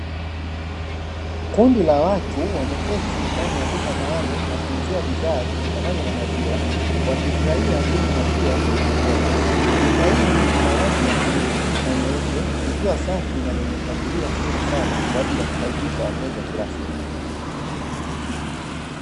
Kundi la watu wameketi ndani ya duka maalumu la kuuzia bidhaa zitokanazo na maziwa wakifurahia kunywa maziwa kwenye vikombe , duka hili lina rangi ya bluu na nyeupe likiwa safi na mpangilio mzuri sana kwaajili ya kukaribisha wateja Kila siku .